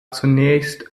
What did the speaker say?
zunächst